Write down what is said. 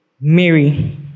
Mary